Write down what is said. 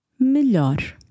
melhor